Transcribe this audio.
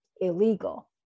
illegal